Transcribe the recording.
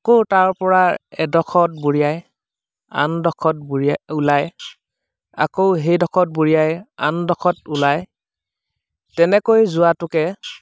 আকৌ তাৰপৰা এডোখৰত বুৰিয়াই আনডোখৰত বুৰিয়াই ওলাই আকৌ সেইডোখৰত বুৰিয়াই আনডোখৰত ওলাই তেনেকৈ যোৱাটোকে